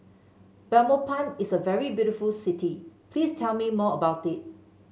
Belmopan is a very beautiful city please tell me more about it